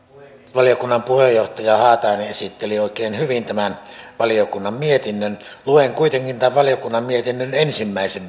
valiokunnan puheenjohtaja haatainen esitteli oikein hyvin tämän valiokunnan mietinnön luen kuitenkin tämän valiokunnan mietinnön ensimmäisen